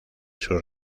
sus